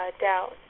doubt